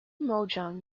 mahjong